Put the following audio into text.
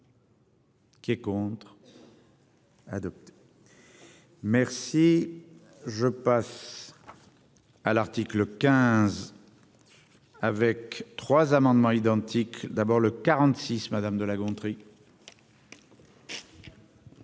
Qui est contre. Hadopi. Merci. Je passe. À l'article 15. Avec 3 amendements identiques d'abord le 46. Madame de La Gontrie.